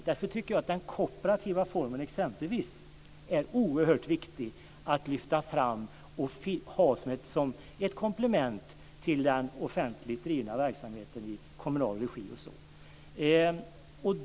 Därför tycker jag att t.ex. den kooperativa formen är oerhört viktig att lyfta fram och ha som ett komplement till den offentligt drivna verksamheten i kommunal regi.